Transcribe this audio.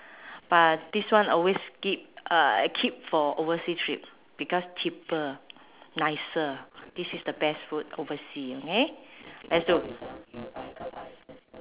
but this one always keep uh keep for overseas trip because cheaper nicer this is the best food oversea okay let's do